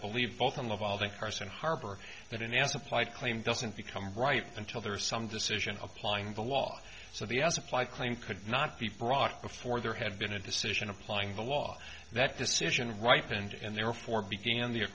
believe both and of all the arson harbor that in as applied claim doesn't become right until there is some decision applying the law so the as applied claim could not be brought before there had been a decision applying the law that decision right and therefore began the